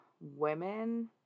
women